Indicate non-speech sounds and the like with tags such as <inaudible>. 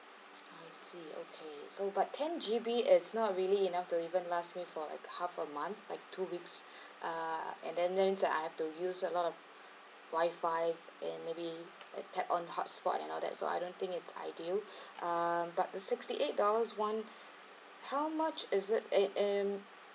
I see okay so but ten G_B is not really enough to even last me for half a month like two weeks <breath> uh and then then I have to use a lot of Wi-Fi and maybe like tap on hotspot and all that so I don't think it's ideal <breath> um but the sixty eight dollars one <breath> how much is it and and